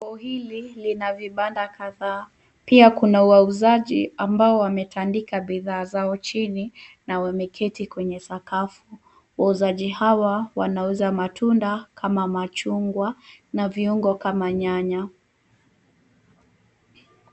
Soko hili lina vibanda kadhaa. Pia kuna wauzaji ambao wametandika bidhaa zao chini na wameketi kwenye sakafu. Wauzaji hawa wanauza matunda kama machungwa na viungo kama nyanya.